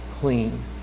clean